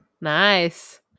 nice